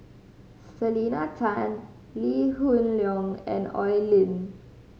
Selena Tan Lee Hoon Leong and Oi Lin